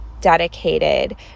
dedicated